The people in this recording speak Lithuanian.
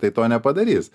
tai to nepadarys